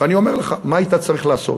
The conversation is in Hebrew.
ואני אומר לך מה היית צריך לעשות.